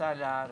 בכניסה לארץ.